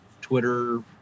Twitter